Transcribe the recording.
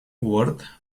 word